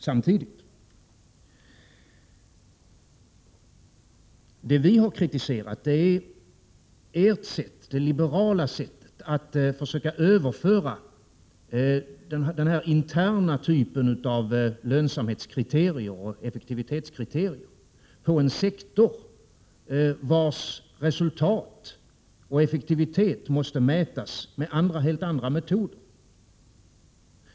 Vad vi har kritiserat är det liberala sättet att försöka överföra kriterier som mäter intern lönsamhet och effektivitet på en sektor vars resultat och effektivitet måste mätas med helt andra metoder.